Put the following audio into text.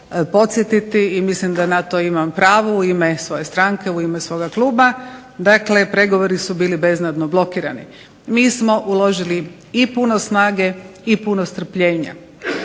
i mislim da na to imam pravo u ime svoje stranke, u ime svoga kluba. Dakle, pregovori su bili beznadno blokirani. Mi smo uložili i puno snage i puno strpljenja